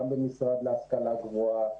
גם במשרד להשכלה גבוהה.